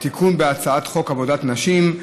תיקון בחוק עבודת נשים,